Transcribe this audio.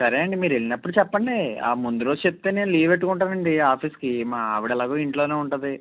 సరే అండీ మీరు వెళ్ళినప్పుడు చెప్పండి ఆ ముందు రోజు చెప్తే నేను లీవ్ పెట్టుకుంటానండీ ఆఫీస్కి మా ఆవిడ ఎలాగో ఇంట్లోనే ఉంటుంది